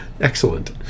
Excellent